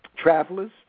Travelers